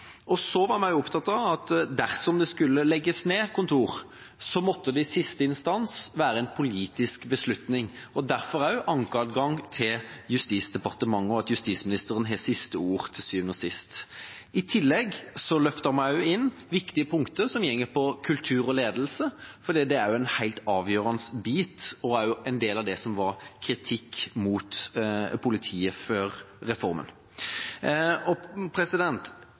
Så var vi opptatt av at dersom det skulle legges ned kontor, måtte det i siste instans være en politisk beslutning, og derfor også ankeadgang til Justisdepartementet, og at justisministeren skulle ha siste ord til syvende og sist. I tillegg løftet vi inn viktige punkter som går på kultur og ledelse, for det er en helt avgjørende bit og også en del av det som det var kritikk mot politiet for, før reformen.